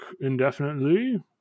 indefinitely